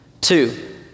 Two